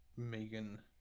megan